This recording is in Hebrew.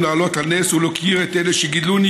להעלות על נס ולהוקיר את אלה שגידלוני,